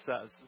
says